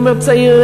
"השומר הצעיר",